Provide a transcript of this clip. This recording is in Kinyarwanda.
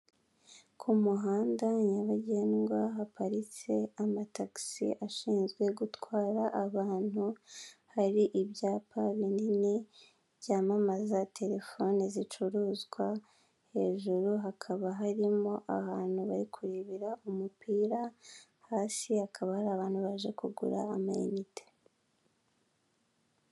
Iyi ni inzu nini mu buryo bugaragara isize amabara y'umweru n'ubururu hejuru ndetse n'umukara ku madirishya n'inzugi ku ruhande hari ubusitani bugaragara neza ubona butoshye, butanga umuyaga ku bagenda bose.